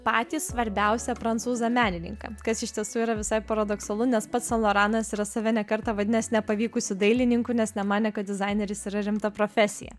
patį svarbiausią prancūzą menininką kas iš tiesų yra visai paradoksalu nes pats saint laurentas yra save ne kartą vadinęs nepavykusiu dailininku nes nemanė kad dizaineris yra rimta profesija